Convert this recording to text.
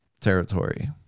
territory